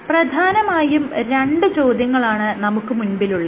പ്രധാനമായും രണ്ട് ചോദ്യങ്ങളാണ് നമുക്ക് മുൻപിലുള്ളത്